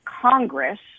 Congress